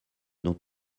dont